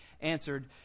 answered